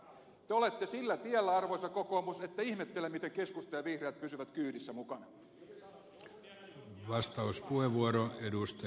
te olette sillä tiellä arvoisa kokoomus että ihmettelen miten keskusta ja vihreät pysyvät kyydissä mukana